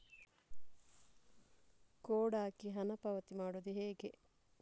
Code ಹಾಕಿ ಹಣ ಪಾವತಿ ಮಾಡೋದು ಹೇಗೆ?